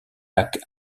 lacs